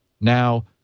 Now